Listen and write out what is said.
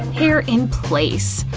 hair in place,